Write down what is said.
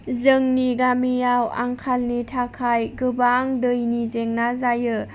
जोंनि गामियाव आंखालनि थाखाय गोबां दैनि जेंना जायो